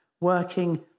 working